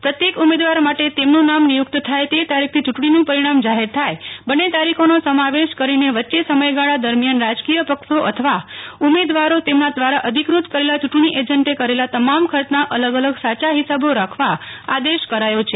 પ્રત્યેક ઉમેદવાર માટે તેમનું નામ નિયુકત થાય તે તારીખથી ચૂંટણીનું પરિણામ જાહેર થાય બંને તારીખોનો સમાવેશ કરીને વચ્ચે સમયગાળા દરમ્યાન રાજકીય પક્ષો અથવા ઉમેદવારો તેમના દ્વારા અધિકૃત કરેલા યૂંટણી એજન્ટે કરેલા તમામ ખર્ચના અલગ અલગ સાચા હિસાબો રાખવા આદેશ કરાયો છે